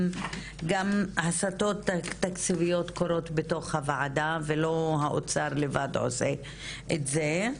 גם הסטות תקציביות קורות בתוך הוועדה ולא האוצר לבד עושה את זה.